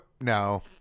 No